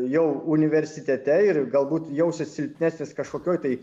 jau universitete ir galbūt jausies silpnesnis kažkokioj tai